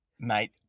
Mate